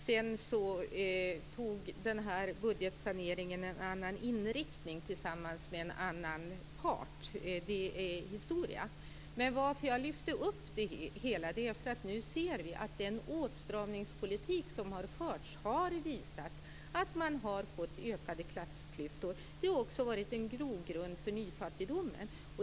Sedan fick budgetsaneringen en annan inriktning tillsammans med en annan part. Det är historia. Jag lyfte upp det hela därför att vi nu ser att den åtstramningspolitik som har förts har visat att man har fått ökade klassklyftor. Det har också varit en grogrund för nyfattigdomen.